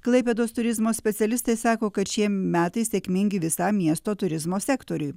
klaipėdos turizmo specialistai sako kad šie metai sėkmingi visam miesto turizmo sektoriui